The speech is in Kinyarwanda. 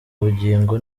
bugingo